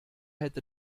hätte